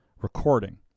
recording